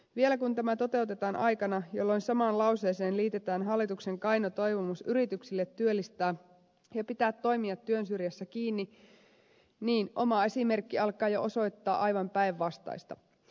vielä kun tämä toteutetaan aikana jolloin samaan lauseeseen liitetään hallituksen kaino toivomus yrityksille työllistää ja pitää toimijat työn syrjässä kiinni niin oma esimerkki alkaa jo osoittaa aivan päinvastaista